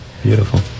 beautiful